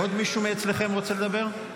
עוד מישהו מאצלכם רוצה לדבר?